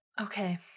Okay